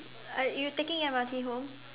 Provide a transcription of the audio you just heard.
I you taking M_R_T home